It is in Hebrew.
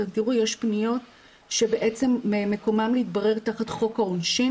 יש פניות שמקומן להתברר תחת חוק העונשין,